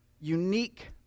unique